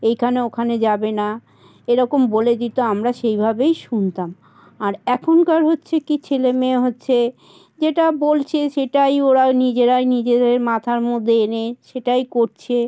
এইখানে ওখানে যাবে না এরকম বলে দিতো আমরা সেইভাবেই শুনতাম আর এখনকার হচ্ছে কী ছেলে মেয়ে হচ্ছে যেটা বলছে সেটাই ওরা নিজেরাই নিজেদের মাথার মধ্যে এনে সেটাই করছে